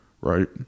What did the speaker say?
right